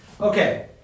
Okay